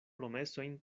promesojn